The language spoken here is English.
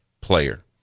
player